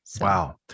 Wow